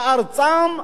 לארצם,